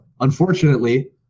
unfortunately